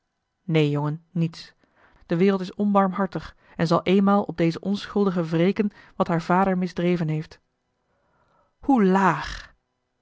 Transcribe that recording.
neen jongen niets de wereld is onbarmhartig en zal eenmaal op deze onschuldige wreken wat haar vader misdreven heeft hoe laag